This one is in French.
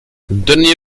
donnez